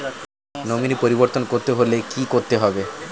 Nominee পরিবর্তন করতে হলে কী করতে হবে?